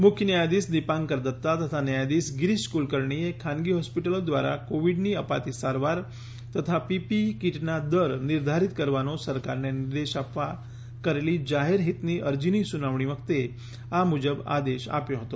મુખ્ય ન્યાયધીશ દિપાંકર દત્તા તથા ન્યાયધીશ ગિરિશ કુલકર્ણીંએ ખાનગી હોસ્પીટલો દ્રારા કોવિડની અપાતી સારવાર તથા પીપીઈ કિટનાં દર નિર્ધારીત કરવાનો સરકારને નિર્દેશ આપવા કરેલી જાહેર હિતની અરજીની સુનાવણી વખતે આ મુજબ આદેશ આપ્યો હતો